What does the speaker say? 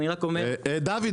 היושב ראש,